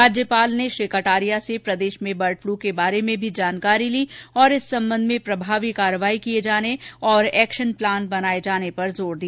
राज्यपाल ने श्री कटारिया से प्रदेश में बर्ड फ्लु के बारे में भी जानकारी ली और इस संबंध में प्रभावी कार्यवाही किए जाने और एक्शन प्लान बनाए जाने पर जोर दिया